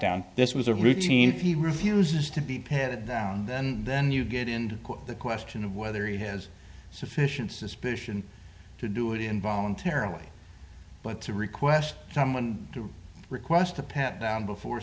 down this was a routine he refuses to be pinned down and then you get in the question of whether he has sufficient suspicion to do it in voluntarily but to request someone to request a pat down before